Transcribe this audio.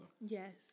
Yes